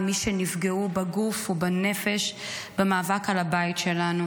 למי שנפגעו בגוף ובנפש במאבק על הבית שלנו,